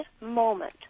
moment